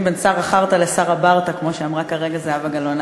בין שר החארטה לשר הברטה כמו שאמרה כרגע זהבה גלאון.